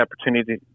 opportunity